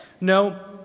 No